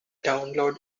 download